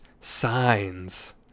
signs